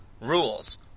rules